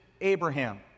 Abraham